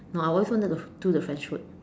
no I always wanted to do the French food